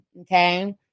Okay